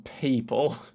people